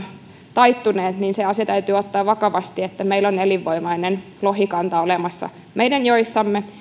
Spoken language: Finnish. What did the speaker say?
taittuneet niin se asia täytyy ottaa vakavasti että meillä on elinvoimainen lohikanta olemassa meidän joissamme ja